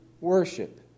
worship